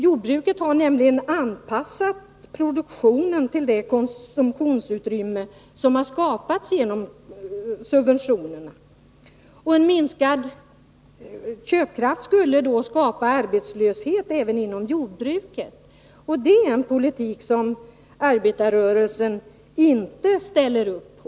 Jordbruket har nämligen anpassat produktionen till det konsumtionsutrymme som har skapats genom subventionerna. En minskad köpkraft skulle då skapa arbetslöshet även inom jordbruket, och det är en politik som arbetarrörelsen inte ställer upp på.